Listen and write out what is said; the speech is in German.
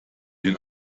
den